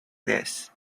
this